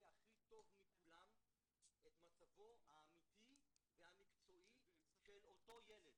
הכי טוב מכולם את מצבו האמיתי והמקצועי של אותו ילד.